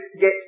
get